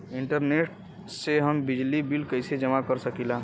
Internet से हम बिजली बिल कइसे जमा कर सकी ला?